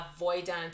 avoidant